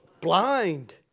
Blind